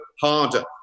harder